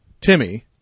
Timmy